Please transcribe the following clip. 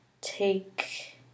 take